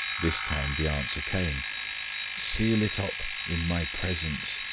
this time the answer came seal it up in my presence,